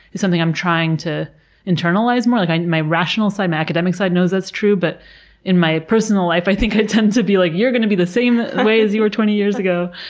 is something i'm trying to internalize more. like my rational side, my academic side knows that's true, but in my personal life i think i tend to be like, you're gonna be the same way as you were twenty years ago!